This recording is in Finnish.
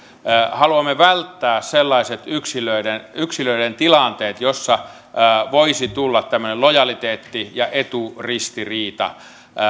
haluamme välttää sellaiset yksilöiden tilanteet joissa voisi tulla tämmöinen lojaliteetti ja eturistiriita